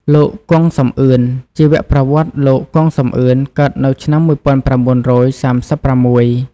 លោក គង់ សំអឿន ជីវប្រវត្តិ លោក គង់ សំអឿន កើតនៅឆ្នាំ១៩៣៦។